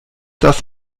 das